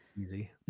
easy